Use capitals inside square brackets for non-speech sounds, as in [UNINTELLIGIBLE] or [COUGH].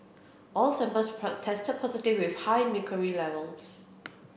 all samples [UNINTELLIGIBLE] tested positive with high mercury levels